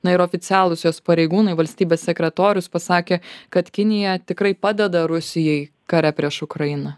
na ir oficialūs jos pareigūnai valstybės sekretorius pasakė kad kinija tikrai padeda rusijai kare prieš ukrainą